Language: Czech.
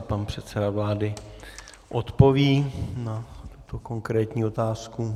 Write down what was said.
Pan předseda vlády odpoví na tuto konkrétní otázku.